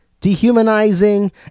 dehumanizing